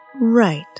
right